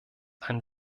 ein